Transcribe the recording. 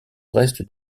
reste